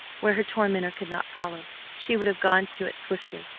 where her tormentor could not follow, she would have gone to it swiftly,